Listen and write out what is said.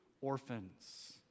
Orphans